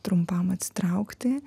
trumpam atsitraukti